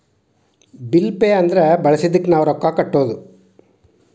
bill pay ಅಂದ್ರ ಬಳಸಿದ್ದಕ್ಕ್ ನಾವ್ ರೊಕ್ಕಾ ಕಟ್ಟೋದು